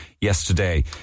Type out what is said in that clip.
yesterday